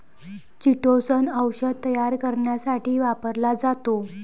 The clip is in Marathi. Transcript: चिटोसन औषध तयार करण्यासाठी वापरला जातो